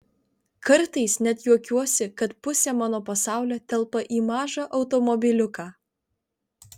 kartais net juokiuosi kad pusė mano pasaulio telpa į mažą automobiliuką